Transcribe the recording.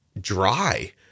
dry